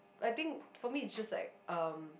I think for me it's just like um